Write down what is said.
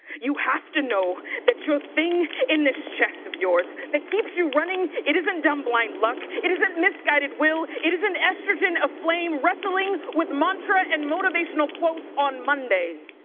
you have to know that your thing in this chest of yours that keeps you running, it isn't dumb, blind luck, it isn't misguided will. it isn't estrogen of flame wrestling with mantra and motivational quotes on monday.